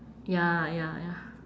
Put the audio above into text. ya ya ya